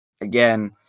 Again